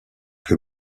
que